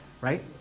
right